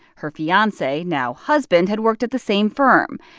her fiancee, now husband, had worked at the same firm,